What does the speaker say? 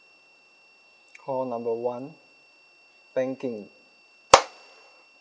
call number one banking